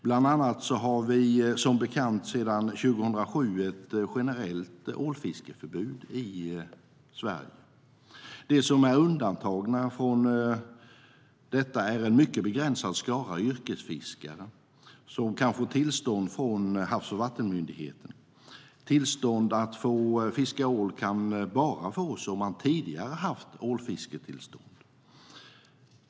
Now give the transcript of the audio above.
Bland annat har vi som bekant ett generellt ålfiskeförbud i Sverige sedan 2007. De som är undantagna från detta är en mycket begränsad skara yrkesfiskare som kan få tillstånd från Havs och vattenmyndigheten. Tillstånd att fiska ål kan bara fås om man tidigare har haft ålfisketillstånd.